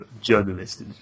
journalist